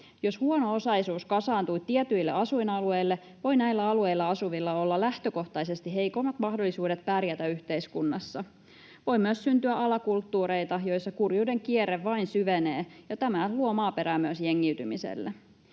Jos huono-osaisuus kasaantuu tietyille asuinalueille, voi näillä alueilla asuvilla olla lähtökohtaisesti heikommat mahdollisuudet pärjätä yhteiskunnassa. Voi myös syntyä alakulttuureita, joissa kurjuuden kierre vain syvenee, ja tämä luo maaperää myös jengiytymiselle.